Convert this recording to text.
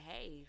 hey